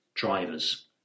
drivers